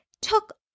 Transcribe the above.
took